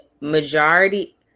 majority